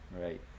Right